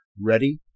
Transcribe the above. ready